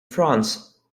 france